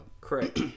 Correct